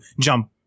jump